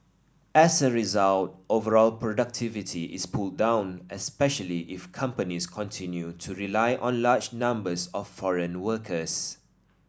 as a result overall productivity is pulled down especially if companies continue to rely on large numbers of foreign workers